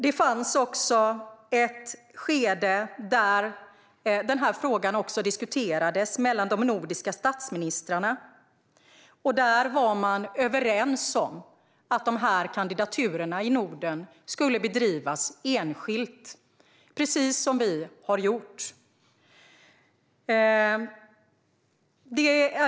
Det fanns också ett skede där denna fråga diskuterades mellan de nordiska statsministrarna. Man var överens om att de nordiska kandidaturerna skulle bedrivas enskilt, precis som vi har gjort.